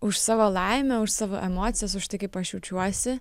už savo laimę už savo emocijas už tai kaip aš jaučiuosi